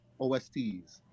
OSTs